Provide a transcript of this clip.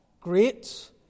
great